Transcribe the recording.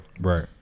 Right